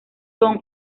son